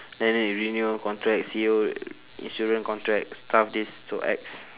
then you need renew contract C_O insurance contract stuff this so ex